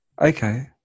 Okay